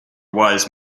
wise